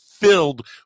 filled